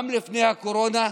גם לפני הקורונה,